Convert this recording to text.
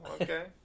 Okay